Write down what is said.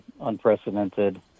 unprecedented